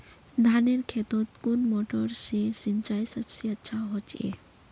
धानेर खेतोत कुन मोटर से सिंचाई सबसे अच्छा होचए?